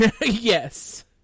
Yes